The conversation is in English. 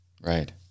right